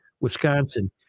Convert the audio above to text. wisconsin